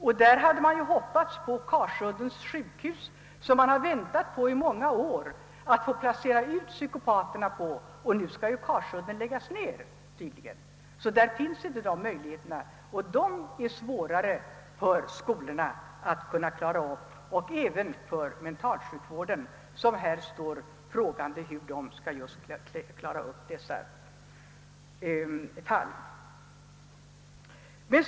Därvidlag hade man hoppats på Karsuddens sjukhus, där man i många år väntat att få placera ut psykopaterna. Men nu skall tydligen Karsuddens sjukhus läggas ned, varför dessa förhoppningar går om intet. Detta klientel är svårare att klara av för skolorna och även för mentalsjukvården, som står frågande inför hur den skall behandla just dessa fall.